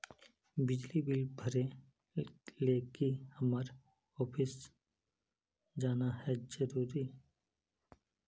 बिजली बिल भरे ले की हम्मर ऑफिस जाना है जरूरी है?